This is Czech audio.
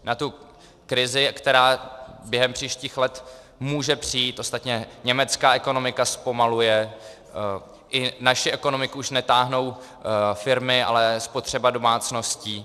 Na tu krizi, která během příštích let může přijít ostatně německá ekonomika zpomaluje, i naši ekonomiku už netáhnou firmy, ale spotřeba domácností.